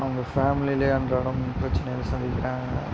அவங்க ஃபேமிலியில் அன்றாடம் பிரச்சினைய சந்திக்கிறாங்க